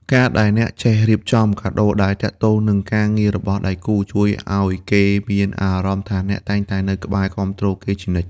ការដែលអ្នកចេះរៀបចំកាដូដែលទាក់ទងនឹងការងាររបស់ដៃគូ ជួយឱ្យគេមានអារម្មណ៍ថាអ្នកតែងតែនៅក្បែរគាំទ្រគេជានិច្ច។